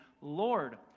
Lord